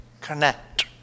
Connect